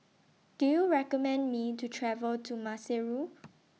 Do YOU recommend Me to travel to Maseru